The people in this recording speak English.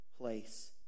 place